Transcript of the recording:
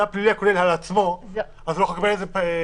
הפלילי על עצמו אז הוא לא יכול לקבל את זה מודפס?